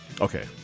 Okay